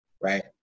right